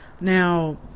Now